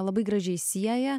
labai gražiai sieja